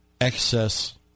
excess